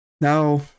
now